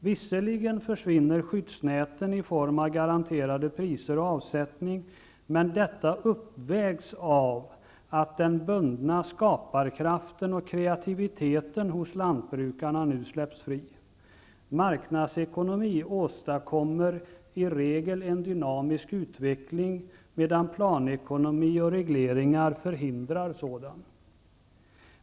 Visserligen försvinner skyddsnäten i form av garanterade priser och avsättning, men detta uppvägs av att den bundna skaparkraften och kreativiteten hos lantbrukarna nu släpps fri. Marknadsekonomi åstadkommer i regel en dynamisk utveckling, medan planekonomi och regleringar förhindrar sådan.